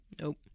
Nope